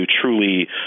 truly